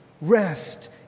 rest